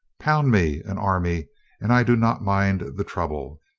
pound me an army and i do not mind the trouble.